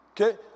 Okay